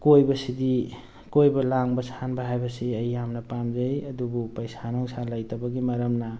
ꯀꯣꯏꯕꯁꯤꯗꯤ ꯀꯣꯏꯕ ꯂꯥꯡꯕ ꯁꯥꯟꯕ ꯍꯥꯏꯕꯁꯤ ꯑꯩ ꯌꯥꯝꯅ ꯄꯥꯝꯖꯩ ꯑꯗꯨꯕꯨ ꯄꯩꯁꯥ ꯅꯨꯡꯁꯥ ꯂꯩꯇꯕꯒꯤ ꯃꯔꯝꯅ